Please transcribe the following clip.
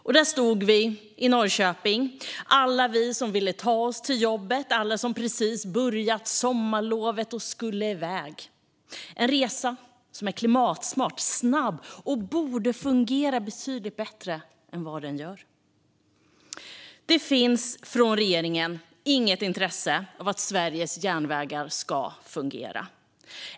Och där stod vi i Norrköping, alla som ville ta oss till jobbet och alla som precis påbörjat sommarlovet och skulle iväg. Tågresan är klimatsmart och snabb och borde fungera betydligt bättre än den gör. Men det finns från regeringen inget intresse av att Sveriges järnvägar ska fungera.